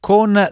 Con